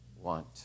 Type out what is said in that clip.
want